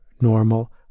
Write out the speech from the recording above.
normal